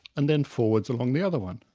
and then forwards along the other one.